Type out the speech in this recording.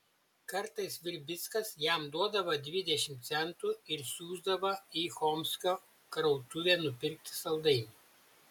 kartais virbickas jam duodavo dvidešimt centų ir siųsdavo į chomskio krautuvę nupirkti saldainių